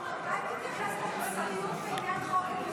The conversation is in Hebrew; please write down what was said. רוטמן, אולי תתייחס למוסריות בעניין חוק הגיוס?